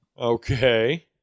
Okay